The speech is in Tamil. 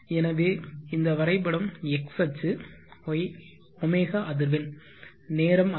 எனவே இந்த வரைபடம் x அச்சு ω அதிர்வெண் நேரம் அல்ல